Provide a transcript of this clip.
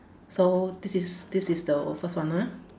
so this is this is the first one ah